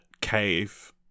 cave